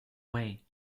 way